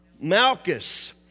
Malchus